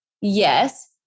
Yes